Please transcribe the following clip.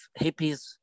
hippies